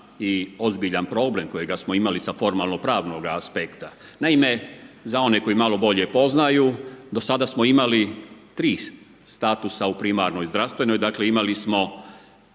i ozbiljan problem kojega smo imali sa formalno pravnoga aspekta. Naime, za one koji malo bolje poznaju do sada smo imali 3 statusa u primarnoj i zdravstvenoj, dakle, imali smo